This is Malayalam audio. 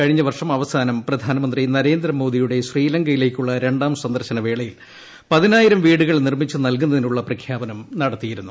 കഴിഞ്ഞ വർഷം അവസാനം പ്രധാനമന്ത്രി നരേന്ദ്രമോദിയുടെ ശ്രീലങ്കയിലേക്കുള്ള രണ്ടാം സന്ദർശനവേളയിൽ പതിനായിരം വീടുകൾ നിർമ്മിച്ച് നല്കുന്നതിനുള്ള പ്രഖ്യാപനം നടത്തിയിരുന്നു